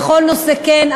בכל נושא כן,